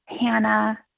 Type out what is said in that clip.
Hannah